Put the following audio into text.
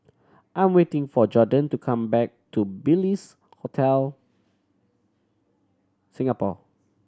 I'm waiting for Jorden to come back to Bliss Hotel Singapore